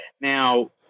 Now